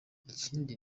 ikindi